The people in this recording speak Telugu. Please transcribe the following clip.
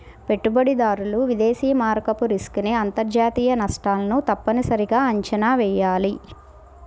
పెట్టుబడిదారులు విదేశీ మారకపు రిస్క్ ని అంతర్జాతీయ నష్టాలను తప్పనిసరిగా అంచనా వెయ్యాలి